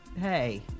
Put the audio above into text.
Hey